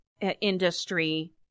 industry